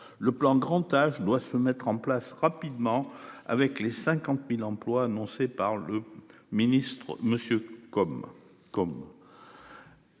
Le plan grand âge doit se mettre en place rapidement avec les 50.000 emplois annoncés par le ministre monsieur comme